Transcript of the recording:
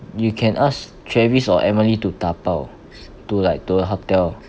you can ask travis or emily to tapau to like to the hotel